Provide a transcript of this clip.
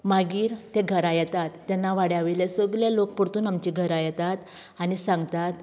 मागीर ते घरा येतात तेन्ना वाड्या वयले सगले लोक परतून आमचे घरा येतात आनी सांगतात